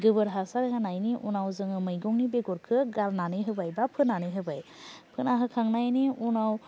गोबोर हासार होनायनि उनाव जोङो मैगंनि बेगरखौ गारनानै होबाय बा फोनानै होबाय फोना होखांनायनि उनाव